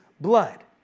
blood